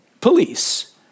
police